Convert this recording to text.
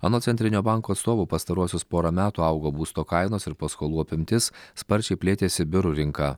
anot centrinio banko atstovų pastaruosius porą metų augo būsto kainos ir paskolų apimtis sparčiai plėtėsi biurų rinka